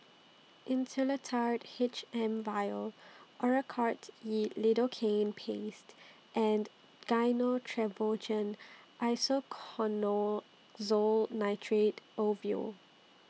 Insulatard H M Vial Oracort E Lidocaine Paste and Gyno Travogen Isoconazole Nitrate Ovule